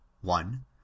one